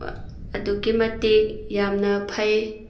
ꯑꯗꯨꯛꯀꯤ ꯃꯇꯤꯛ ꯌꯥꯝꯅ ꯐꯩ